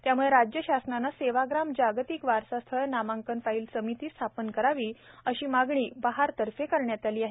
त्यामुळे राज्य शासनाने सेवाग्राम जागतिक वारसास्थळ नामांकन फाईल समिती स्थापन करावी अशी मागणी बहारतर्फे करण्यात येत आहे